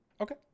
Okay